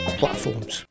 platforms